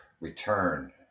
return